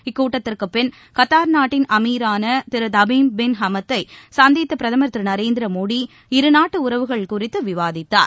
இக்கூட்டத்திற்குப்பின் Qatar நாட்டின் அமீரான திரு தமிம் பின் ஹமத் தை சந்தித்த பிரதமர் திரு நரேந்திர மோடி இரு நாட்டு உறவுகள் குறித்து விவாதித்தார்